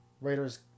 Raiders